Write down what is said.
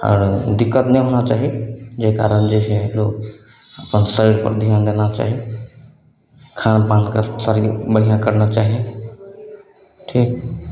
आओर दिक्कत नहि होना चाही जाहि कारण जे छै लोग अपन शरीरपर ध्यान देना चाही खान पानके सही बढ़िआँ करना चाही ठीक